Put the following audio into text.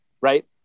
Right